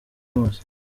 wose